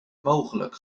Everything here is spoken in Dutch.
mogelijk